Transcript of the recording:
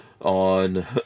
on